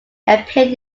appeared